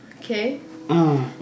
Okay